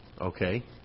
Okay